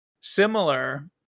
similar